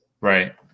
Right